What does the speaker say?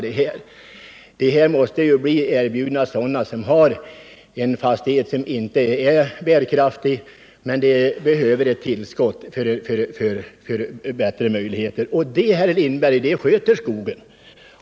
Köp av skogsmark måste ju erbjudas någon som äger en fastighet, vilken inte är bärkraftig, och som behöver ett tillskott för att få ökade möjligheter att försörja sig och sin familj. Och en sådan ägare, herr Lindberg, sköter skogen.